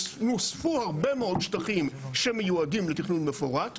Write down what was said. נוספו הרבה מאוד שטחים שמיועדים לתכנון מפורט,